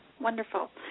Wonderful